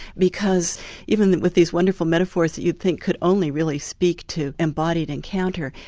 because even with these wonderful metaphors that you'd think could only really speak to embodied encounter,